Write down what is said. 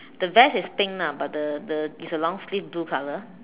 the vest is pink lah but the the it's a long sleeve blue color